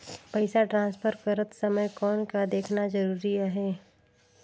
पइसा ट्रांसफर करत समय कौन का देखना ज़रूरी आहे?